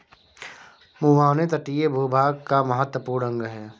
मुहाने तटीय भूभाग का महत्वपूर्ण अंग है